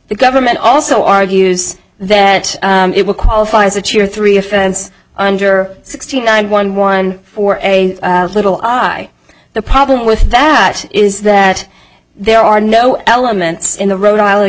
the government also argues that it will qualify as a cheer three offense under sixteen nine one one for a little i the problem with that is that there are no elements in the rhode island